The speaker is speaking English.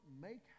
make